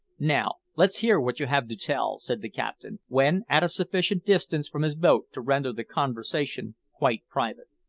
now, let's hear what you have to tell, said the captain, when at a sufficient distance from his boat to render the conversation quite private.